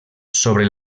sobre